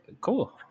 cool